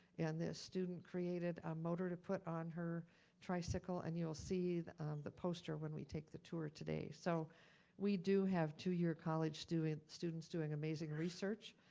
and this student created a motor to put on her tricycle and you'll see the poster when we take the tour today. so we do have two-year college students doing amazing research.